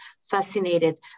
fascinated